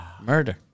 Murder